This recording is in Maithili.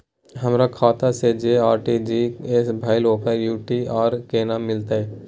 हमर खाता से जे आर.टी.जी एस भेलै ओकर यू.टी.आर केना मिलतै?